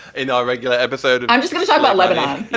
in our regular episode. i'm just gonna talk about lebanon